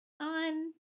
on